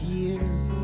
years